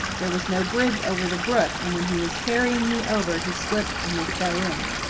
there was no bridge over the brook, and when he was carrying me over he slipped and we fell in.